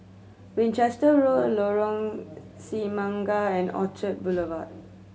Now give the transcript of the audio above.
Winchester Road Lorong Semangka and Orchard Boulevard